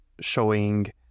showing